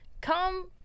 come